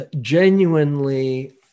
genuinely